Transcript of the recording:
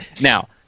Now